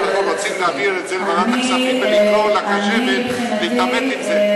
לכן אנחנו רוצים להעביר את זה לוועדת הכספים ולקרוא לחשבת להתעמת עם זה.